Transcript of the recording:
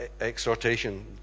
exhortation